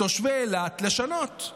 תושבי אילת, לשנות?